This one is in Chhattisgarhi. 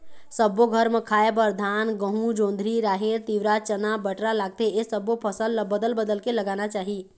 सब्बो घर म खाए बर धान, गहूँ, जोंधरी, राहेर, तिंवरा, चना, बटरा लागथे ए सब्बो फसल ल बदल बदल के लगाना चाही